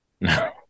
no